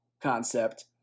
concept